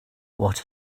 what